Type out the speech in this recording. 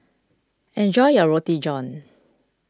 enjoy your Roti John